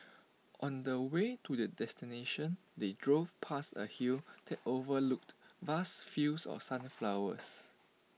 on the way to their destination they drove past A hill that overlooked vast fields of sunflowers